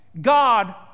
God